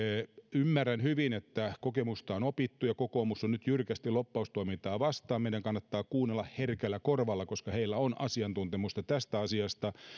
ymmärrän hyvin että kokemuksesta on opittu ja kokoomus on nyt jyrkästi lobbaustoimintaa vastaan meidän kannattaa kuunnella herkällä korvalla koska heillä on asiantuntemusta tästä asiasta